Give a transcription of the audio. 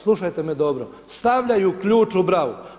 Slušajte me dobro, stavljaju ključ u bravu.